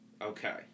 Okay